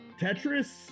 tetris